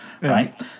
right